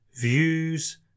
views